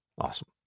Awesome